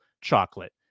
chocolate